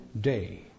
day